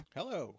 Hello